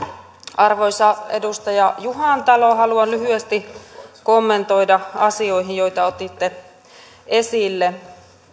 arvoisa edustaja juhantalo haluan lyhyesti kommentoida asioita joita otitte esille